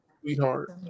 sweetheart